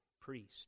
priest